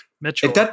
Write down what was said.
Mitchell